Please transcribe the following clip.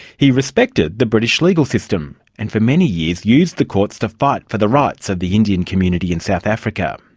he respected the british legal system, and for many years used the courts to fight for the rights of the indian community in south africa.